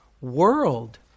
world